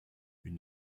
une